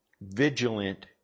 vigilant